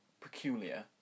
peculiar